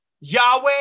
Yahweh